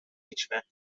هیچوقت